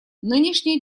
нынешняя